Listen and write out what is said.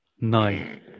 Nine